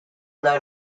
known